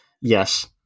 Yes